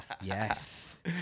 Yes